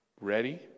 ready